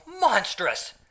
monstrous